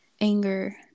anger